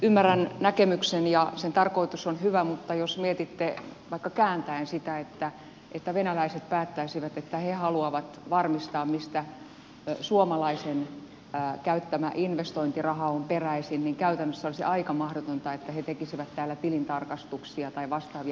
ymmärrän näkemyksen ja sen tarkoitus on hyvä mutta jos mietitte vaikka kääntäen sitä että venäläiset päättäisivät että he haluavat varmistaa mistä suomalaisen käyttämä investointiraha on peräisin niin käytännössä olisi aika mahdotonta että he tekisivät täällä tilintarkastuksia tai vastaavia